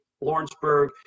Lawrenceburg